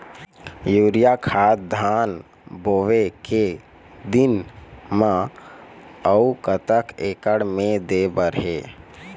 Urea खाद धान बोवे के दिन म अऊ कतक एकड़ मे दे बर हे?